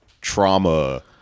trauma